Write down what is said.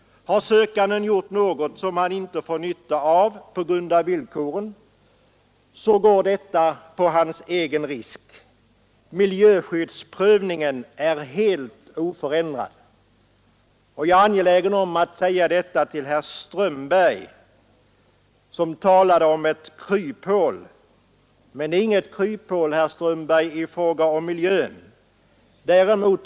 Har sökanden gjort något som han inte får nytta av på grund av villkoren, så går detta på hans egen risk. Miljöskyddsprövningen är helt oförändrad. Jag är angelägen att säga detta till herr Strömberg i Botkyrka som talade om ett kryphål. Men det är inget kryphål i fråga om miljön, herr Strömberg.